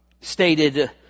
stated